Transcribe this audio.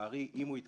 לצערי, אם הוא יתקבל,